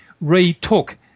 retook